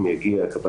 אם יגיע.